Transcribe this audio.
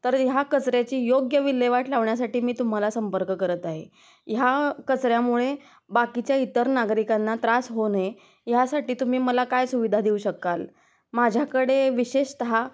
तर ह्या कचऱ्याची योग्य विल्हेवाट लावण्यासाठी मी तुम्हाला संपर्क करत आहे ह्या कचऱ्यामुळे बाकीच्या इतर नागरिकांना त्रास होऊ नये ह्यासाठी तुम्ही मला काय सुविधा देऊ शकाल माझ्याकडे विशेषतः